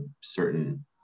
certain